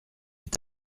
est